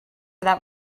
that